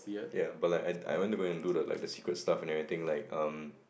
ya but like I I went to go and do the like the secret stuff and everything like um